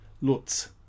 Lutz